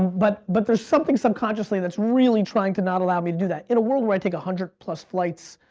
but but there's something subconsciously that's really trying to not allow me to do that. in a world where i take a hundred-plus flights,